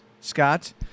Scott